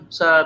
sa